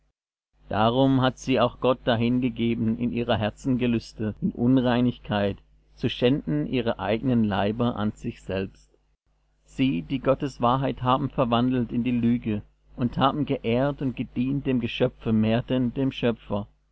darum hat sie auch gott dahingegeben in ihrer herzen gelüste in unreinigkeit zu schänden ihre eigenen leiber an sich selbst sie die gottes wahrheit haben verwandelt in die lüge und haben geehrt und gedient dem geschöpfe mehr denn dem schöpfer